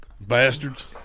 Bastards